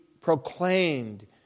proclaimed